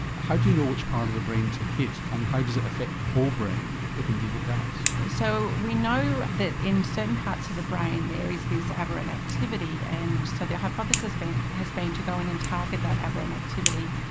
how do you know which part of the brain to hit and how does it affect the whole brain, if indeed it does? so we know that in certain parts of the brain there is this aberrant activity, and so the hypothesis has been to go in and target that aberrant activity,